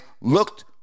looked